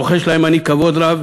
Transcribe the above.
רוחש להם אני כבוד רב,